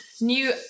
new